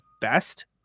best